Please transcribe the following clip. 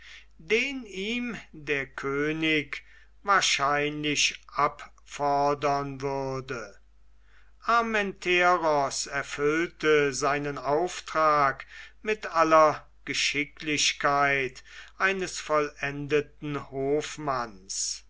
den ihm der könig wahrscheinlich abfordern würde armenteros erfüllte seinen auftrag mit aller geschicklichkeit eines vollendeten hofmanns